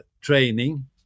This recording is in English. training